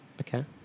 Okay